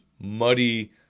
muddy